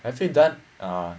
have you done err